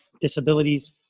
disabilities